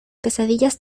pesadillas